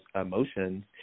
emotions